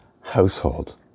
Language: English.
household